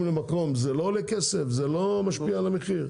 למקום זה לא עולה כסף זה לא משפיע על המחיר?